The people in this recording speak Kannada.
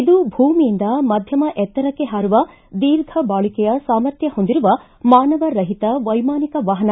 ಇದು ಭೂಮಿಯಿಂದ ಮಧ್ಯಮ ಎತ್ತರಕ್ಕೆ ಪಾರುವ ದೀರ್ಘ ಬಾಳಿಕೆಯ ಸಾಮರ್ಥ್ಯ ಹೊಂದಿರುವ ಮಾನವ ರಹಿತ ವೈಮಾನಿಕ ವಾಹನ